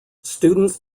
students